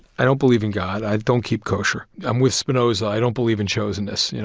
i don't believe in god, i don't keep kosher. i'm with spinoza, i don't believe in chosenness. you know,